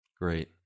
Great